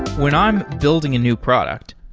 when i'm building a new product,